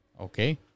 Okay